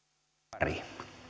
arvoisa